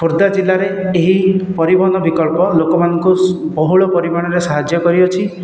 ଖୋର୍ଦ୍ଧା ଜିଲ୍ଲାରେ ଏହି ପରିବହନ ବିକଳ୍ପ ଲୋକମାନଙ୍କୁ ବହୁଳ ପରିମାଣରେ ସାହାଯ୍ୟ କରିଅଛି